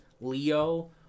Leo